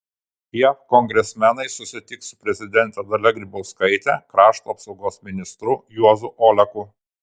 jav kongresmenai susitiks su prezidente dalia grybauskaite krašto apsaugos ministru juozu oleku